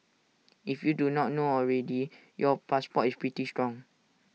if you do not know already your passport is pretty strong